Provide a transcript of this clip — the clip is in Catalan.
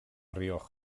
rioja